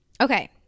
okay